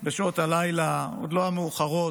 בשעות הלילה, עוד לא המאוחרות.